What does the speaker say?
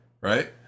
right